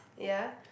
ya